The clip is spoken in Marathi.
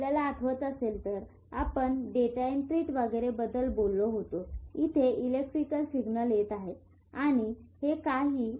आपल्याला आठवत असेल तर आपण डेंड्राइट्स वगैरेबद्दल बोललो होतो इथे इलेक्ट्रिकल सिग्नल येत आहेत आणि हे काही रिसेप्टर्स आहेत फक्त आपल्याला दाखवण्यासाठी हे आहे